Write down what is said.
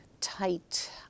tight